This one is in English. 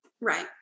Right